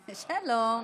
שלום.